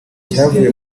cyavuye